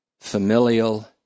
familial